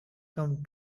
come